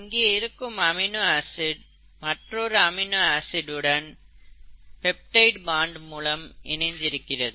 இங்கே இருக்கும் amino acid மற்றொரு அமினோ ஆசிட் உடன் பெப்டைடு பாண்ட் மூலம் இணைந்து இருக்கிறது